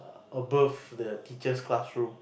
above the teacher's classroom